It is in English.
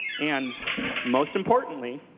and most importantly,